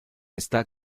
está